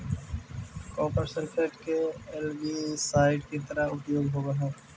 copper sulphate के algicide के तरह उपयोग होवऽ हई